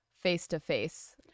face-to-face